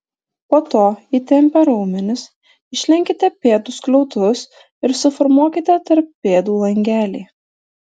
po to įtempę raumenis išlenkite pėdų skliautus ir suformuokite tarp pėdų langelį